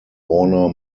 warner